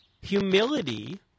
humility